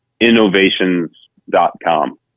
innovations.com